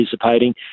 participating